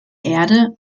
erde